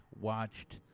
watched